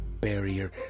Barrier